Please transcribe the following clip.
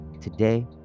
Today